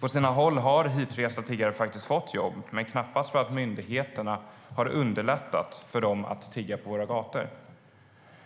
På sina håll har hitresta tiggare faktiskt fått jobb, men knappast för att myndigheterna har underlättat för dem att tigga på våra gator.